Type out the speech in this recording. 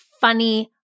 funny